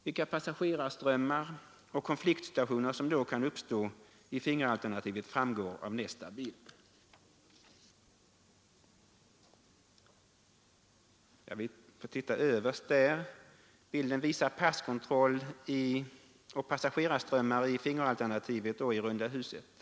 Vilka passagerarströmmar och konfliktsituationer som då kan uppstå i fingeralternativet framgår av nästa bild, som visar passkontroll och passagerarströmmar i fingeralternativet och i runda huset.